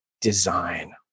design